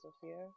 Sophia